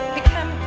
become